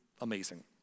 amazing